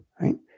right